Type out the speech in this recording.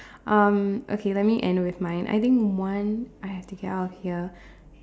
um okay let me end with mine I think one I have to get out of here